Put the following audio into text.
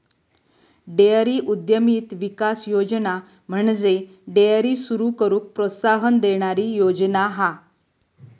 dairy उद्यमिता विकास योजना म्हणजे डेअरी सुरू करूक प्रोत्साहन देणारी योजना हा